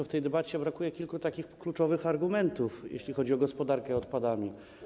W tej debacie brakuje kilku kluczowych argumentów, jeśli chodzi o gospodarkę odpadami.